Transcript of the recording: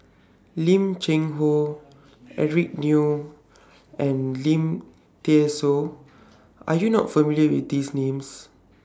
Lim Cheng Hoe Eric Neo and Lim Thean Soo Are YOU not familiar with These Names